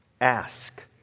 Ask